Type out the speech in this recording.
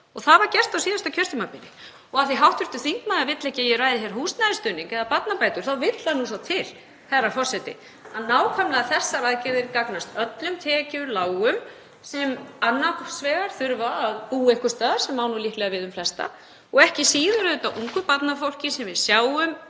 Það var gert á síðasta kjörtímabili. Og af því að hv. þingmaður vill ekki að ég ræði hér húsnæðisstuðning eða barnabætur þá vill svo til, herra forseti, að nákvæmlega þessar aðgerðir gagnast öllum tekjulágum sem annars vegar þurfa að búa einhvers staðar, sem á nú líklega við um flesta, og ekki síður auðvitað ungu barnafólki sem við sjáum